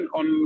on